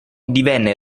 divenne